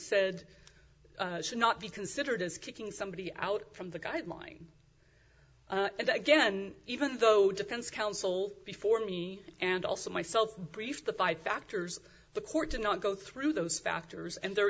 said should not be considered as kicking somebody out from the guideline and again even though defense counsel before me and also myself brief the five factors the court did not go through those factors and there